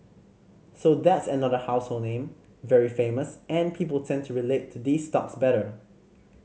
so that's another household name very famous and people tend to relate to these stocks better